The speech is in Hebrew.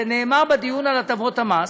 וזה נאמר בדיון על הטבות המס,